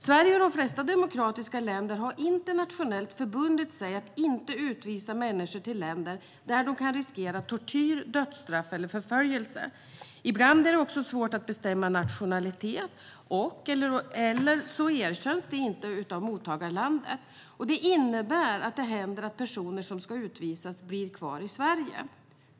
Sverige och de flesta demokratiska länder har internationellt förbundit sig att inte utvisa människor till länder där de kan riskera tortyr, dödsstraff eller förföljelse. Ibland är det också svårt att fastställa nationalitet, och ibland erkänns den inte av mottagarlandet. Det innebär att det händer att personer som ska utvisas blir kvar i Sverige.